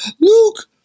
Luke